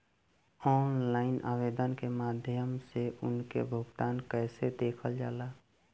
Online आवेदन के माध्यम से उनके भुगतान कैसे देखल जाला?